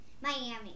Miami